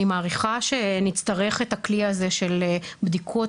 אני מעריכה שנצטרך את הכלי הזה של בדיקות